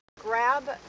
Grab